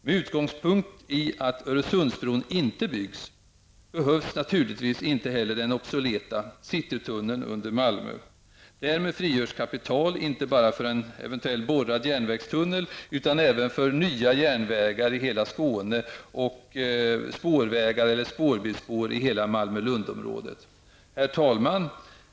Med utgångspunkt i att Öresundsbron inte byggs behövs naturligtvis inte heller den obsoleta citytunneln under Malmö. Därmed frigörs kapital inte bara för en eventuell borrad järnvägstunnel utan även för nya järnvägar i hela Skåne och spårvägar eller spårbilsspår i hela Malmö--Lund-området. Herr talman!